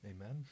Amen